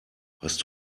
hast